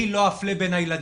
אני לא אפלה בין הילדים.